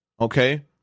Okay